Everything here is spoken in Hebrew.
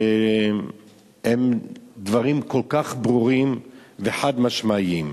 הם דברים כל כך ברורים וחד-משמעיים.